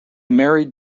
married